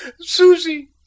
Susie